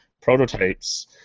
Prototypes